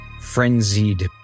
Frenzied